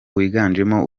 wiganjemo